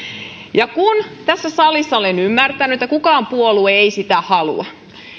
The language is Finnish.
kun tässä salissa olen ymmärtänyt että mikään puolue ei sitä halua